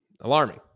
alarming